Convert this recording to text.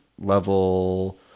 level